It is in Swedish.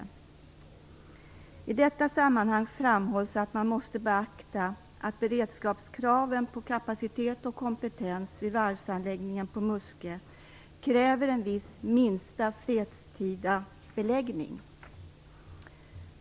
I detta sammanhang framhålls att man måste beakta att beredskapskraven på kapacitet och kompetens vid varvsanläggningen på Muskö kräver en viss minsta fredstida beläggning.